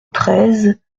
treize